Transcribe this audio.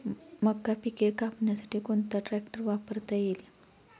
मका पिके कापण्यासाठी कोणता ट्रॅक्टर वापरता येईल?